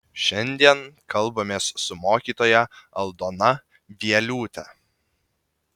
šiandien kalbamės su mokytoja aldona vieliūte